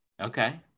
okay